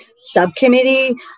subcommittee